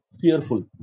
fearful